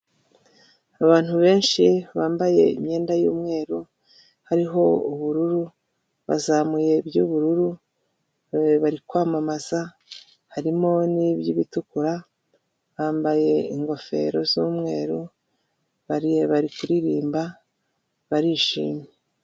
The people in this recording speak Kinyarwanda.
Abantu benshi bambaye imyenda y'umweru hariho ubururu bazamuye by'ubururu bari kwamamaza harimo n'iby' ibitukura bambaye ingofero z'umweru bari kuririmba barishimye.